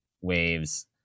waves